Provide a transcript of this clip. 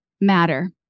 matter